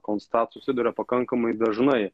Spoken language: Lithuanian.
constat susiduria pakankamai dažnai